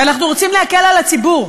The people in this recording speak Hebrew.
ואנחנו רוצים להקל על הציבור,